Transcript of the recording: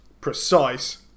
precise